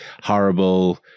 horrible